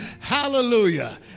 Hallelujah